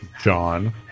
John